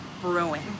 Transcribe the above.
Brewing